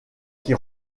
qui